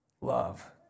Love